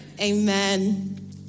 Amen